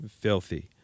filthy